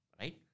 right